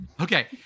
Okay